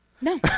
no